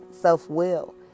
Self-will